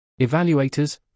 Evaluators